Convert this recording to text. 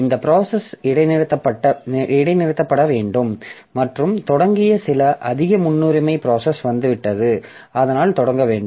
இந்த ப்ராசஸ் இடைநிறுத்தப்பட வேண்டும் மற்றும் தொடங்கிய சில அதிக முன்னுரிமை ப்ராசஸ் வந்துவிட்டது அதனால் தொடங்க வேண்டும்